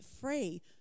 free